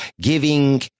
giving